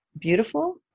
beautiful